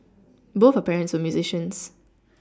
both her parents were musicians